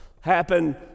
happen